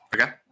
Okay